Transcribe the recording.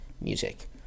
Music